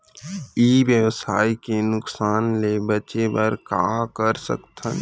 ई व्यवसाय के नुक़सान ले बचे बर का कर सकथन?